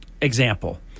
example